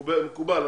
מקובל,